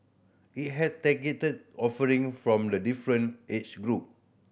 it has targeted offering from the different age group